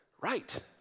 Right